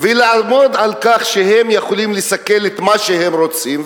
ולעמוד על כך שהם יכולים לסכל את מה שהם רוצים.